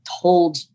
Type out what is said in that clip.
told